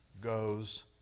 goes